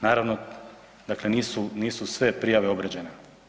Naravno, dakle nisu sve prijave obrađene.